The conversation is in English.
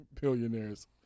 billionaires